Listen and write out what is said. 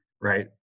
right